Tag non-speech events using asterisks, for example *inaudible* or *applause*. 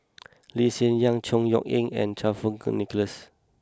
*noise* Lee Hsien Yang Chor Yeok Eng and Fang Kuo Wei Nicholas